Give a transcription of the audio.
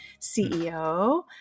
CEO